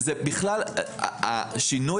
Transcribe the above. השינוי